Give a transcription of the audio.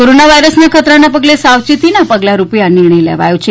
corona વાયરસના ખતરાના પગલે સાવચેતીના પગલાં રૂપે આ નિર્ણય લેવાયો છે